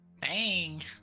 Bang